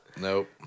Nope